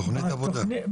תכנית עבודה.